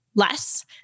less